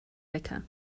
wecker